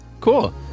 Cool